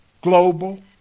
Global